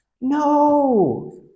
No